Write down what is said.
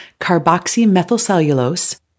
carboxymethylcellulose